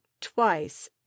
twice